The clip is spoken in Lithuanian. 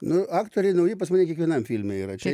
nu aktoriai nauji pas mane kiekvienam filme yra čia